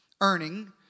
Earning